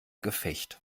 gefecht